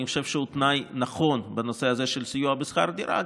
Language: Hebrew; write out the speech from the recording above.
אני חושב שהוא תנאי נכון בנושא הזה של סיוע בשכר דירה,